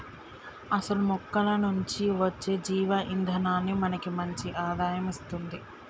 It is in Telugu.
అసలు మొక్కల నుంచి అచ్చే జీవ ఇందనాన్ని మనకి మంచి ఆదాయం ఇస్తుంది